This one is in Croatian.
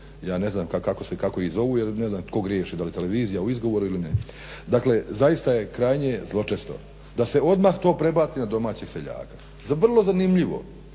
Ja ne znam kako ih zovu jer ne znam da li televizija u izgovoru ili ne. Dakle, zaista je krajnje zločesto da se odmah to prebaci na domaćeg seljaka. Vrlo zanimljivo.